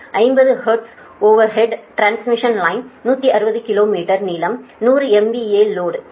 50 hertz overhead transmission line 160 kilometre நீளம் 100 MVA load 0